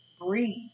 breathe